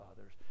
others